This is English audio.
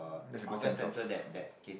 that's a good sense of